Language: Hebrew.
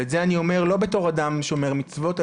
ואת זה אני אומר לא בתור אדם שומר מצוות,